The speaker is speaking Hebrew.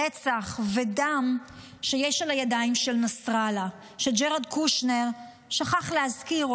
רצח ודם שיש על הידיים של נסראללה שג'ארד קושנר שכח להזכיר,